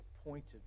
appointed